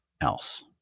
else